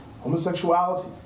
homosexuality